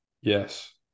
Yes